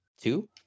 two